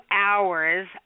hours